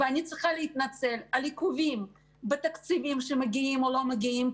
ואני צריכה להתנצל על עיכובים בתקציבים שמגיעים או לא מגיעים,